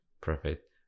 perfect